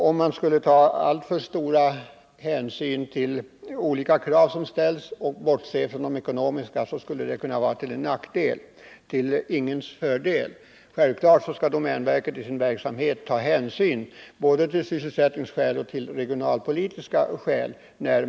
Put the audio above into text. Om man skulle ta alltför stora hänsyn till olika ideologiska krav som ställs och bortse från de ekonomiska skulle det kunna vara till nackdel och till ingens fördel. Självklart skall domänverket när man gör bedömningar av sin verksamhet ta hänsyn till både sysselsättningsskäl och regionalpolitiska skäl.